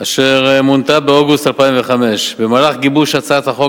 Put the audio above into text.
אשר מונתה באוגוסט 2005. במהלך גיבוש הצעת החוק,